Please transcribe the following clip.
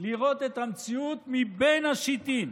לראות את המציאות מבין השיטין